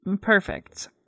Perfect